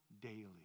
daily